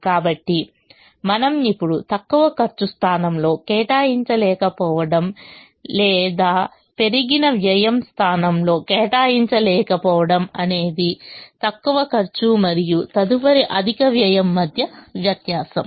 కాబట్టిమనము ఇప్పుడు తక్కువ ఖర్చు స్థానంలో కేటాయించలేకపోవడం లేదా పెరిగిన వ్యయం స్థానంలో కేటాయించలేకపోవడం అనేది తక్కువ ఖర్చు మరియు తదుపరి అధిక వ్యయం మధ్య వ్యత్యాసం